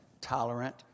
tolerant